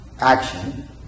action